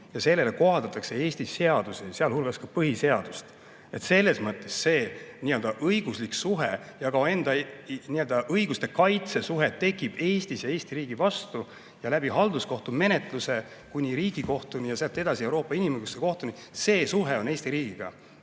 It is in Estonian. ja sellele kohaldatakse Eesti seadusi, sealhulgas põhiseadust. See nii-öelda õiguslik suhe ja ka enda õiguste kaitse suhe tekib Eestis ja Eesti riigi vastu ja läbi halduskohtumenetluse kuni Riigikohtuni ja sealt edasi Euroopa Inimõiguste Kohtuni välja. See suhe on Eesti riigiga.